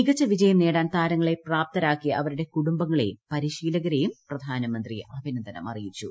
മികച്ച വിജയം നേടാൻ താരങ്ങളെപ്രാപ്തരാക്കിയ അവരുടെ കൂട്ടു്ർബങ്ങളെയും പരിശീലകരേയും പ്രധാനമന്ത്രി അഭിന്ദ്ദന്ം അറിയിച്ചു